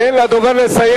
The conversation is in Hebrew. תן לדובר לסיים.